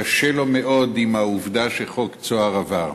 קשה לו מאוד עם העובדה שחוק "צהר" עבר.